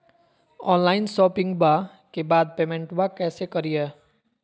Online शोपिंग्बा के बाद पेमेंटबा कैसे करीय?